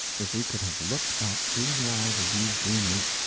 if we could have looked out through the eyes of these dreamers,